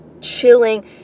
chilling